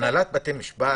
הנהלת בתי משפט,